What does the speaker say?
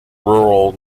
rural